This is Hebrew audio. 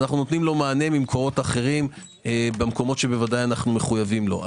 אנו נותנים לו מענה ממקורות אחרים במקומות שוודאי אנו מחויבים לו.